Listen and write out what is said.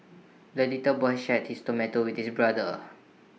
the little boy shared his tomato with his brother